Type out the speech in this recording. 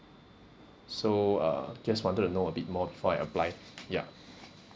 so uh just wanted know a bit more before I apply ya